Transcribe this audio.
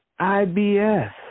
IBS